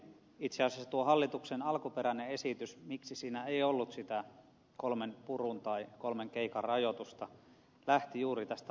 itse asiassa se miksi tuossa hallituksen alkuperäisessä esityksessä ei ollut sitä kolmen purun tai kolmen keikan rajoitusta lähti juuri tästä valvontakysymyksestä